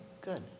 good